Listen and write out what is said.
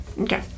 Okay